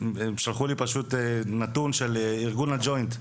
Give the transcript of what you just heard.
שלחו לי פשוט נתון של ארגון לג'וינט,